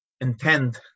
intend